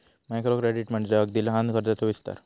micro credit म्हणजे अगदी लहान कर्जाचो विस्तार